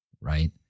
right